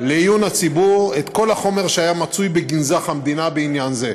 לעיון הציבור את כל החומר שהיה מצוי בגנזך המדינה בעניין זה.